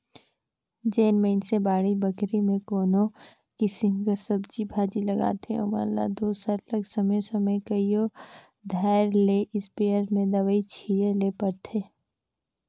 जेन मइनसे बाड़ी बखरी में कोनो किसिम कर सब्जी भाजी लगाथें ओमन ल दो सरलग समे समे कइयो धाएर ले इस्पेयर में दवई छींचे ले परथे